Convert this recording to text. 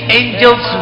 angels